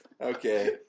Okay